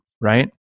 Right